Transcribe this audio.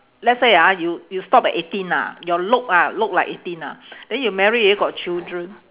let's say ah you you stop at eighteen ah your look ah look like eighteen ah then you married already got children